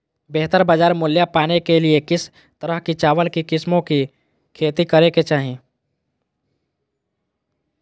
बेहतर बाजार मूल्य पाने के लिए किस तरह की चावल की किस्मों की खेती करे के चाहि?